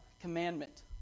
commandment